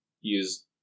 use